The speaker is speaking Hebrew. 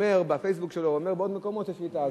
אומר ב"פייסבוק" שלו ובעוד מקומות שהשביתה הזו,